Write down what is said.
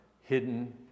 hidden